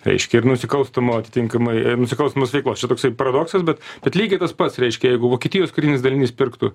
reiškia ir nusikalstamo atitinkamai e nusikalstamos veikos čia toksai paradoksas bet bet lygiai tas pats reiškia jeigu vokietijos karinis dalinys pirktų